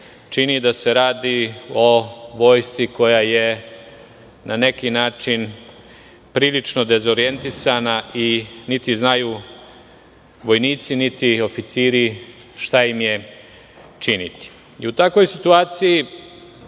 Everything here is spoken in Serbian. čini da se radi o vojsci koja je na neki način prilično dezorjentisana i niti znaju vojnici, niti oficiri šta im je činiti. U takvoj situaciji